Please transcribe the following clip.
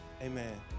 Amen